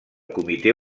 comitè